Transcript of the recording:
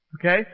Okay